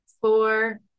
four